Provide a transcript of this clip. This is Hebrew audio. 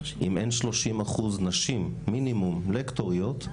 אם אין שלושים אחוז נשים מינימום לקטוריות,